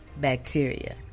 bacteria